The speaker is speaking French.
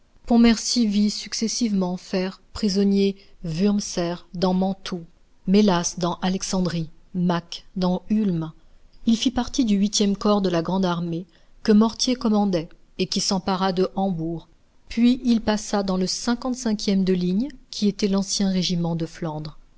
pontmercy vit successivement faire prisonniers wurmser dans mantoue mélas dans alexandrie mack dans ulm il fit partie du huitième corps de la grande armée que mortier commandait et qui s'empara de hambourg puis il passa dans le ème de ligne qui était l'ancien régiment de flandre